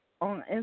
on